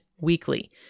weekly